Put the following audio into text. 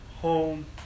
home